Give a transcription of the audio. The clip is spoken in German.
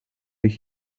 ich